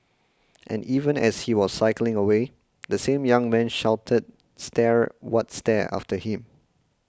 and even as he was cycling away the same young man shouted stare what stare after him